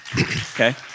Okay